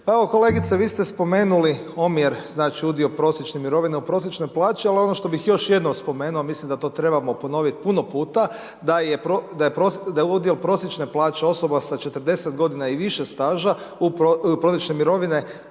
evo kolegice vi ste spomenuli omjer, znači udio prosječne mirovine u prosječnoj plaći, ali ono što bih još jednom spomenuo, a mislim da to trebamo ponovit puno puta da je udio prosječne plaće osoba sa 40 godina i više staža prosječne mirovine